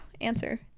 answer